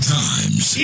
times